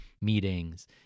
meetings